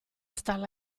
stalla